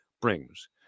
brings